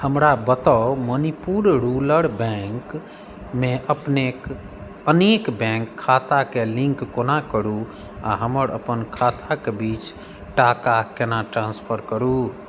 हमरा बताउ Manipur rural bank मे अपनेक अनेक बैंक खाताके लिंक कोना करु आ हमर अपन खाताके बीच टाका केना ट्रांसफर करु